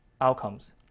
outcomes